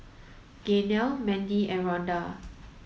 Gaynell Mandy and Ronda